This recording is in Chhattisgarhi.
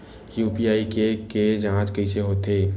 यू.पी.आई के के जांच कइसे होथे?